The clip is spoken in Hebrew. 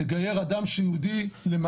גיור,